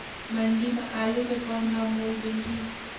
मंडी म आलू के कौन भाव मोल मिलही?